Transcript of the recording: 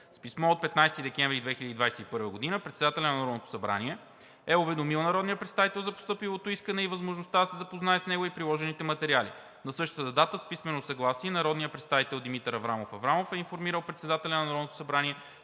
С писмо от 15 декември 2021 г. председателят на Народното събрание е уведомил народния представител за постъпилото искане и възможността да се запознае с него и приложените материали. На същата дата с писмено съгласие народният представител Димитър Иванов Аврамов е информирал председателя на Народното събрание,